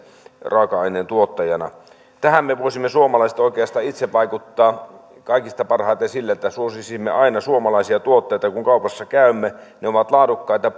raaka aineen tuottajana tähän me suomalaiset voisimme oikeastaan itse vaikuttaa kaikista parhaiten sillä että suosisimme aina suomalaisia tuotteita kun kaupassa käymme ne ovat laadukkaita